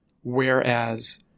Whereas